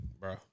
bro